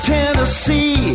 Tennessee